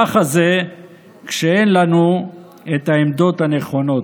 ככה זה כשאין לנו את העמדות הנכונות.